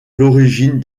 l’origine